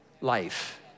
life